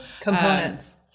Components